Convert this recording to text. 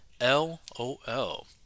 LOL